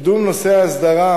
קידום נושא ההסדרה,